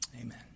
Amen